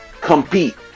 compete